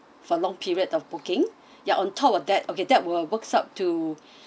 for long period of booking ya on top of that okay that will boost up to